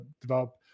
develop